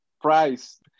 price